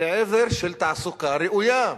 לעבר תעסוקה ראויה.